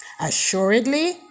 Assuredly